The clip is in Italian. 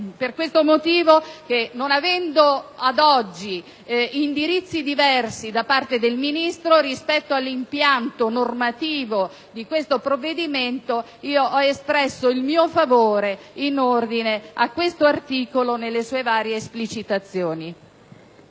Per tali motivi, non avendo ad oggi indirizzi diversi da parte del Ministro, rispetto all'impianto normativo di questo provvedimento, ho espresso il mio favore in ordine a questo articolo nelle sue varie esplicitazioni.